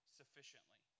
sufficiently